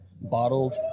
bottled